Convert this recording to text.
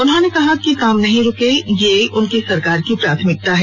उन्होंने कहा कि काम नहीं रुके यह उनकी सरकार की प्राथमिकता है